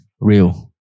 real